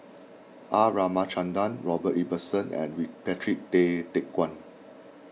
R Ramachandran Robert Ibbetson and RePatrick Tay Teck Guan